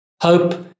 hope